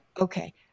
Okay